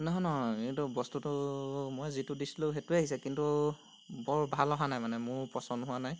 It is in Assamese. নহয় নহয় এইটো বস্তুটো মই যিটো দিছিলোঁ সেইটোৱে আহিছে কিন্তু বৰ ভাল অহা নাই মানে মোৰ পচন্দ হোৱা নাই